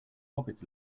hobbits